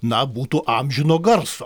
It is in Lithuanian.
na būtų amžino garso